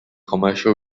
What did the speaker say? commercial